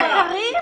יקרים?